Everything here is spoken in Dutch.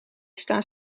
staan